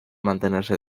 mantenerse